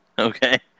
Okay